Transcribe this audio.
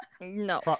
No